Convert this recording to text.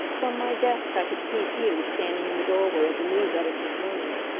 from my desk i could see peter standing in the doorway of the news editor's room.